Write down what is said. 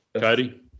Cody